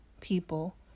people